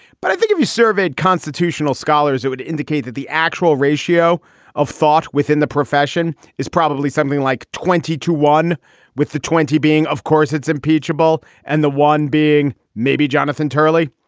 but i think if you surveyed constitutional scholars, it would indicate that the actual ratio of thought within the profession is probably something like twenty to one with the twenty being. of course, it's impeachable. and the one being maybe jonathan turley.